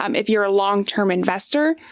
um if you're a long-term investor,